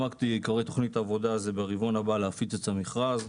עיקרי תוכנית העבודה ברבעון הבא להפיץ את המכרז.